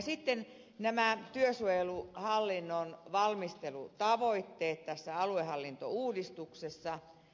sitten nämä työsuojeluhallinnon valmistelutavoitteet tässä aluehallintouudistuksessa